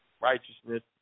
righteousness